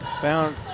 Found